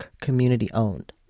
community-owned